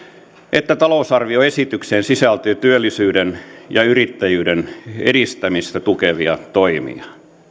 että talousarvioesitykseen sisältyy työllisyyden ja yrittäjyyden edistämistä tukevia toimia